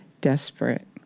desperate